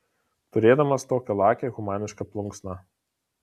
turėdamas tokią lakią humanišką plunksną